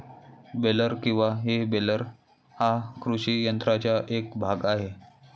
baler किंवा हे baler हा कृषी यंत्राचा एक भाग आहे